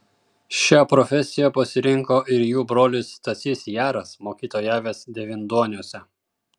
šią profesiją pasirinko ir jų brolis stasys jaras mokytojavęs devynduoniuose